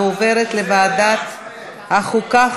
ועוברת לוועדת החוקה,